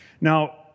Now